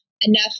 enough